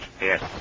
Yes